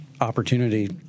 opportunity